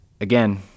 Again